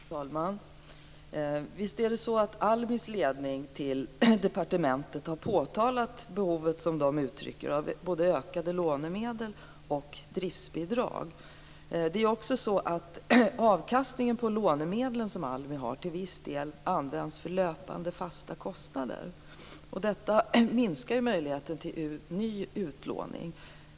Fru talman! Visst är det så att ALMI:s ledning för departementet har påtalat ett behov av både ökade lånemedel och driftsbidrag. Det är också så att avkastningen på ALMI:s lånemedel till viss del används för löpande, fasta kostnader, vilket minskar möjligheten till ny utlåning.